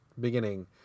beginning